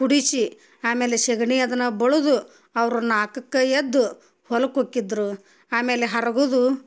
ಕುಡಿಸಿ ಆಮೇಲೆ ಸಗಣಿ ಅದನ್ನು ಬಳುದು ಅವ್ರು ನಾಲ್ಕಕ್ಕೆ ಎದ್ದು ಹೊಲಕ್ಕೆ ಹೋಕ್ಕಿದ್ರು ಆಮೇಲೆ ಹರ್ಗುದು